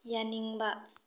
ꯌꯥꯅꯤꯡꯕ